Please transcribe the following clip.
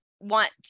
Want